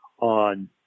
on